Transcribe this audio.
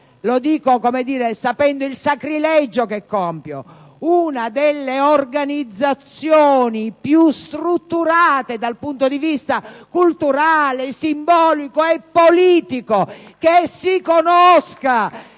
(lo dico sapendo il sacrilegio che compio): è una delle organizzazioni più strutturate dal punto di vista culturale, simbolico e politico che si conosca.